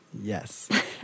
Yes